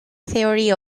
theory